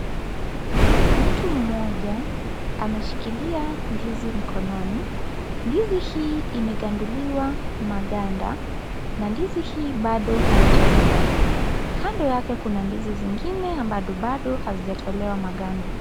Mtu mmoja, ameshikilia ndizi mkononi. Ndizi hii imeganduliwa maganda, na ndizi hii bado haijaiva. Kando yake kuna ndizi zingine ambazo bado hazijatolewa maganda.